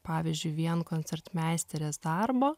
pavyzdžiui vien koncertmeisterės darbo